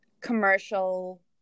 commercial